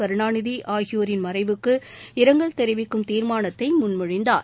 கருணாநிதி ஆகியோரின் மறைவுக்கு இரங்கல் தெரிவிக்கும் தீர்மானத்தை முன்மொழிந்தார்